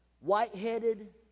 white-headed